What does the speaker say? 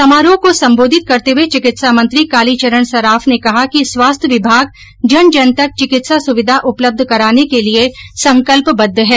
समारोह को संबोधित करते हुए चिकित्सा मंत्री कालीचरण सराफ ने कहा कि स्वास्थ्य विभाग जन जन तक चिकित्सा सुविधा उपलब्ध कराने के लिए संकल्पबद्ध हैं